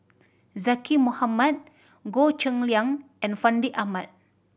Zaqy Mohamad Goh Cheng Liang and Fandi Ahmad